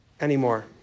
anymore